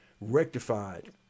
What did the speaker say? rectified